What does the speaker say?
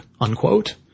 Unquote